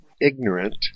ignorant